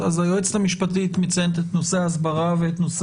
היועצת המשפטית מציינת את נושא ההסברה ואת?